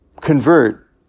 Convert